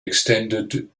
extended